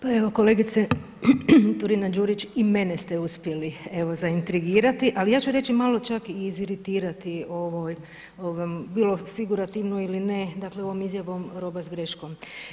Pa evo kolegice Turina Đurić i mene ste uspjeli evo zaintrigriratim ali ja ću reći, malo čak i iziritirati ovom bilo figurativnom ili ne dakle ovom izjavom roba s greškom.